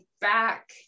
back